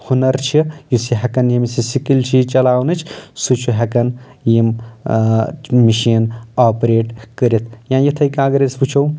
ہُنر چھِ یُس یہِ ہٮ۪کان ییٚمِس یہِ سکِل چھِ یہِ چلاونٕچ سُہ چھِ ہٮ۪کان یِم مشیٖن آپریٹ کٔرتھ یا یِتھٕے کٔنۍ اگر أسۍ وٕچھو